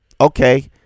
Okay